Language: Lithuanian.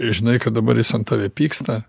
žinai kad dabar jis ant tave pyksta